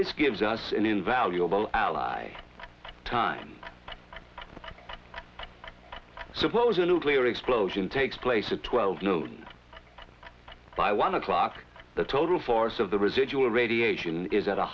this gives us an invaluable ally time so close a nuclear explosion takes place at twelve noon by one o'clock the total force of the residual radiation is at a